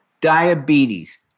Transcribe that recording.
diabetes